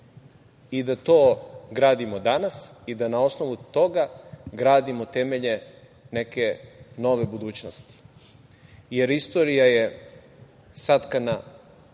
i da to gradimo danas i da na osnovu toga gradimo temelje neke nove budućnosti, jer istorija je satkana